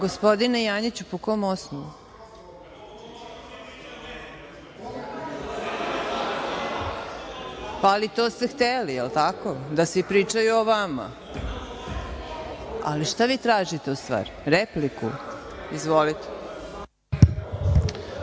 Gospodine Janjiću, po kom osnovu? To ste hteli, jel tako, da svi pričaju o vama. Šta vi tražite ustvari, repliku? Izvolite.